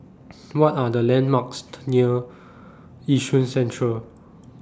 What Are The landmarks near Yishun Central